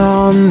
on